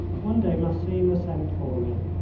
one day massena sent for me,